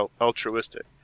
altruistic